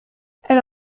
elle